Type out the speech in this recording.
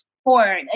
support